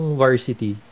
varsity